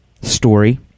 story